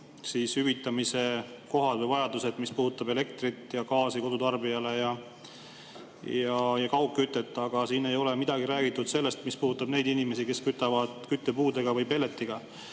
mõned hüvitamise kohad või vajadused, mis puudutab elektrit ja gaasi kodutarbijale, ja kaugkütet. Aga siin ei ole midagi räägitud sellest, mis puudutab neid inimesi, kes kütavad küttepuudega või pelletiga.